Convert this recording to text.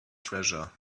treasure